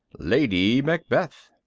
lady macbeth.